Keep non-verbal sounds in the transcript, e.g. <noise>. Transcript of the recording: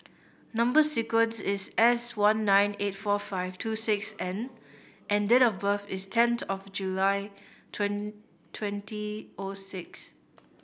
number sequence is S one nine eight four five two six N and date of birth is tenth of July <unintelligible> twenty O six